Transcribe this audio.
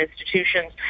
institutions